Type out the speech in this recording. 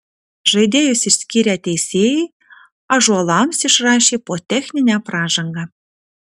žaidėjus išskyrę teisėjai ąžuolams išrašė po techninę pražangą